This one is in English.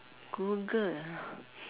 Google ah